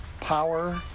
power